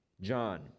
John